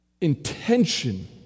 Intention